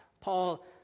Paul